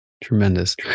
Tremendous